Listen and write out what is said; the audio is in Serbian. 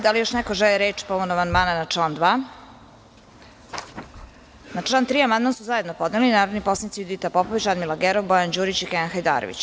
Da li još neko želi reč povodom amandmana na član 2? (Ne) Na član 3. amandman su zajedno podneli narodni poslanici Judita Popović, Radmila Gerov, Bojan Đurić i Kenan Hajdarević.